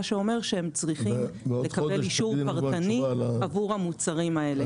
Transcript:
מה שאומר שהם צריכים לקבל אישור פרטני עבור המוצרים האלה.